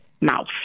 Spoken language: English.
mouse